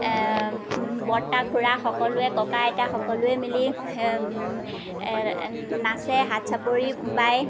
বৰ্তা খুৰা সকলোৱে ককা আইতা সকলোৱে মিলি নাচে হাত চাপৰি বায়